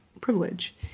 privilege